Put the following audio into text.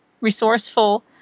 resourceful